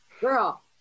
Girl